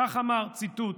כך אמר, ציטוט.